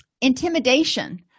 Intimidation